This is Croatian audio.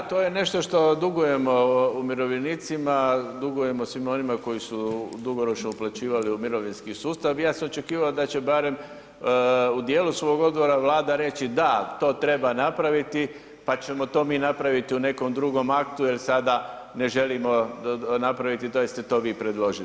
Da, to je nešto što dugujemo umirovljenicima, dugujemo svima onima koji su dugoročno uplaćivali u mirovinski sustav, ja sam očekivao da će barem u dijelu svog odgovora Vlada reći da, to treba napraviti pa ćemo to mi napraviti u nekom drugom aktu jer sada ne želimo napraviti to jer ste to vi predložili.